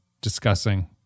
discussing